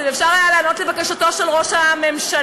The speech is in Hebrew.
ואפשר היה להיענות לבקשתו של ראש הממשלה.